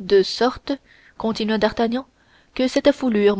de sorte continua d'artagnan que cette foulure